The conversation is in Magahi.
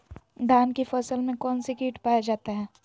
धान की फसल में कौन सी किट पाया जाता है?